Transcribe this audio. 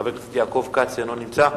חבר הכנסת יעקב כץ, אינו נמצא.